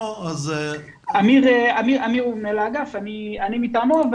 אמיר הוא מנהל האגף ואני מטעמו.